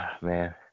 man